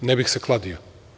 Ne bih se kladio.